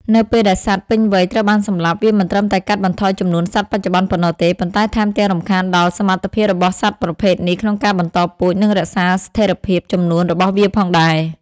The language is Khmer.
នៅពេលដែលសត្វពេញវ័យត្រូវបានសម្លាប់ វាមិនត្រឹមតែកាត់បន្ថយចំនួនសត្វបច្ចុប្បន្នប៉ុណ្ណោះទេ ប៉ុន្តែថែមទាំងរំខានដល់សមត្ថភាពរបស់សត្វប្រភេទនេះក្នុងការបន្តពូជ និងរក្សាស្ថិរភាពចំនួនរបស់វាផងដែរ។